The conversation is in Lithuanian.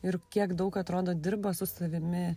ir kiek daug atrodo dirba su savimi